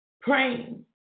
Praying